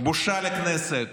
בושה לכנסת.